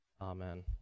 Amen